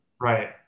right